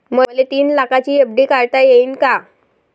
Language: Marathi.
मले तीन लाखाची एफ.डी काढता येईन का?